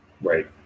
right